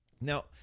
Now